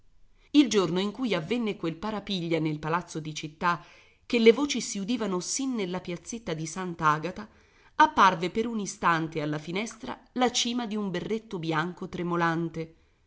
il giorno in cui avvenne quel parapiglia nel palazzo di città che le voci si udivano sin nella piazzetta di sant'agata apparve per un istante alla finestra la cima di un berretto bianco tremolante